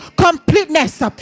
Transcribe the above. completeness